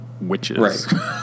witches